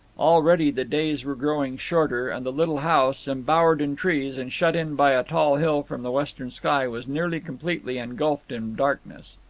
already the days were growing shorter, and the little house, embowered in trees, and shut in by a tall hill from the western sky, was nearly completely engulfed in darkness.